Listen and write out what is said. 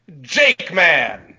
Jakeman